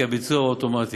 כי הביצוע הוא אוטומטי.